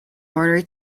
order